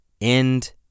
End